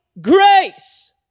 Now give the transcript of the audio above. Grace